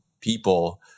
people